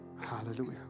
hallelujah